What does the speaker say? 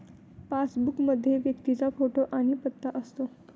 passbook मध्ये व्यक्तीचा photo आणि पत्ता असतो